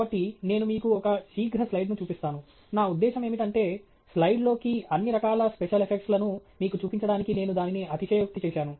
కాబట్టి నేను మీకు ఒక శీఘ్ర స్లైడ్ను చూపిస్తాను నా ఉద్దేశ్యం ఏమిటంటే స్లైడ్లోకి అన్ని రకాల స్పెషల్ ఎఫెక్ట్స్ లను మీకు చూపించడానికి నేను దానిని అతిశయోక్తి చేశాను